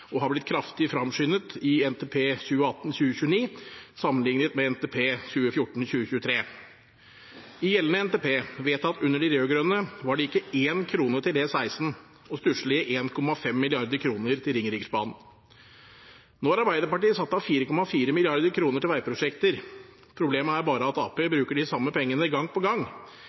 og har blitt kraftig fremskyndet i NTP 2018–2029 sammenlignet med NTP 2014–2023. I gjeldende NTP, vedtatt under de rød-grønne, var det ikke én krone til E16 og stusselige 1,5 mrd. kr til Ringeriksbanen. Nå har Arbeiderpartiet satt av 4,4 mrd. kr til veiprosjekter. Problemet er bare at Arbeiderpartiet bruker de samme pengene gang på gang,